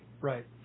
Right